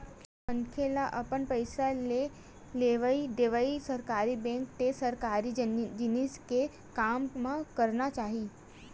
कोनो मनखे ल अपन पइसा के लेवइ देवइ सरकारी बेंक ते सरकारी जिनिस के काम म करना चाही